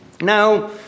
Now